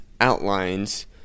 outlines